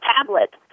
tablet